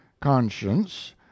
conscience